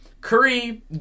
Curry